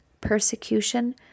persecution